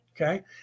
Okay